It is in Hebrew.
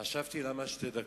חשבתי, למה שתי דקות?